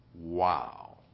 Wow